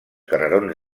carrerons